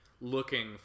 looking